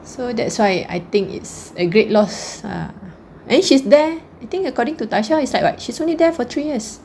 so that's why I think it's a great loss err and she's there I think according to tasha it's like what she's only there for three years